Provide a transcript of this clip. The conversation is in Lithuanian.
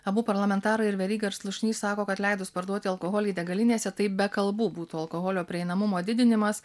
abu parlamentarai ir veryga ir slušnys sako kad leidus parduoti alkoholį degalinėse tai be kalbų būtų alkoholio prieinamumo didinimas